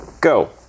go